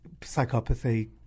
psychopathy